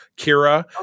kira